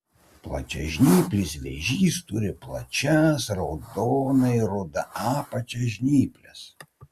plačiažnyplis vėžys turi plačias raudonai ruda apačia žnyples